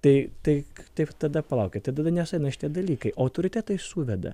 tai tai tai tada palaukit tai tada nesueina šitie dalykai o autoritetai suveda